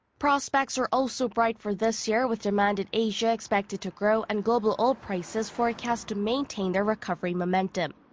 prospects are also bright for this year with demand in asia expected to grow. and global oil prices forecast to maintain their recovery momentum.